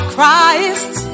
Christ